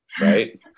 Right